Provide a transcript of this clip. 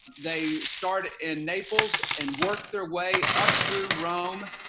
they started in naples and worked their way up through rome,